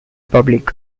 public